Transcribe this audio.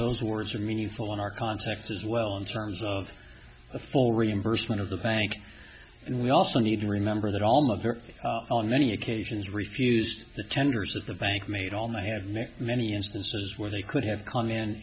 those words are meaningful in our context as well in terms of a full reimbursement of the bank and we also need to remember that almost there on many occasions refused the tenders that the bank made all night had many many instances where they could have come in